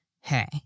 hey